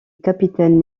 capitaine